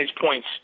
points